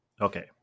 okay